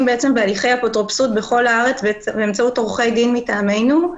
בהליכי אפוטרופסות בכל הארץ באמצעות עורכי דין מטעמנו.